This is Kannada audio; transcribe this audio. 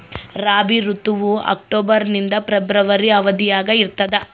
ರಾಬಿ ಋತುವು ಅಕ್ಟೋಬರ್ ನಿಂದ ಫೆಬ್ರವರಿ ಅವಧಿಯಾಗ ಇರ್ತದ